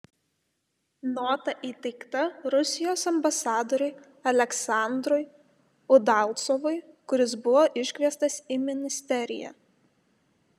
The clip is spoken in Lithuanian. nota įteikta rusijos ambasadoriui aleksandrui udalcovui kuris buvo iškviestas į ministeriją